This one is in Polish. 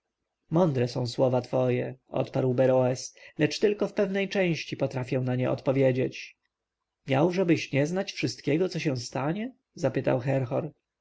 mądre są słowa twoje odparł beroes ale tylko w pewnej części potrafię na nie odpowiedzieć miałżebyś nie znać wszystkiego co się stanie zapytał herhor